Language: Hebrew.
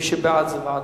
מי שבעד, זה ועדה.